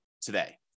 today